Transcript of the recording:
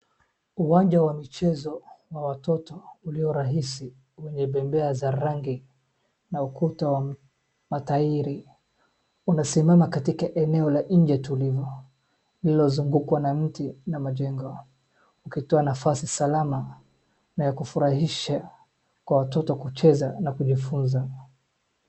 Uwanja wa michezo wa watoto uliorahisi wenye bembea za rangi na ukuta wa matairi unasimama katika eneo la nje tulivu lililozugukwa na miti na majengo ukitoa nafasi salama na ya kufurahisha kwa watoto kucheza na kujifunza.